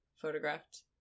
photographed